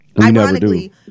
ironically